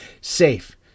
safe